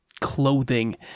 clothing